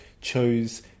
chose